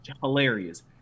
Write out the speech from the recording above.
Hilarious